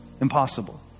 Impossible